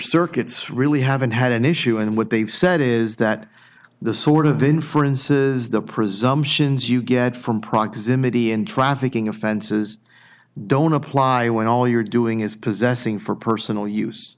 circuits really haven't had an issue and what they've said is that the sort of influences the presumptions you get from proximity in trafficking offenses don't apply when all you're doing is possessing for personal use